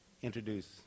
introduce